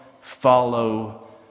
follow